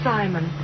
Simon